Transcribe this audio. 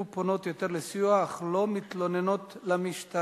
פונות יותר למרכזי סיוע אך לא מתלוננות במשטרה,